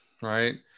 right